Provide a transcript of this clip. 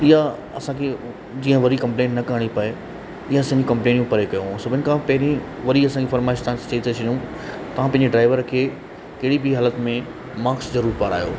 इहा असांखे जीअं वरी कंप्लेन न करणी पए इहा असांजी कंप्लेनूं परे कयो सभिनि खां पहरीं वरी असांजी फरमाइश तव्हांखे चई था छ्ॾूं तव्हां पंहिंजे ड्राइवर खे कहिड़ी बि हालति में माक्स ज़रूरु पारायो